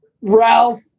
Ralph